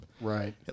Right